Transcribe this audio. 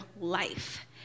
life